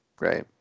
right